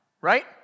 right